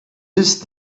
ist